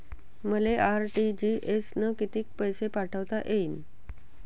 मले आर.टी.जी.एस न कितीक पैसे पाठवता येईन?